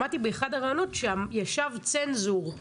שמעתי באחד הראיונות שישב צנזור,